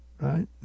right